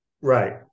Right